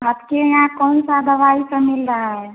आपके यहाँ कौन सी दवाई सब मिल रही है